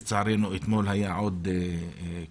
לצערנו, אתמול היה עוד קורבן.